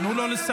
תנו לו לסיים.